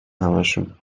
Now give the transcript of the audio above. همشون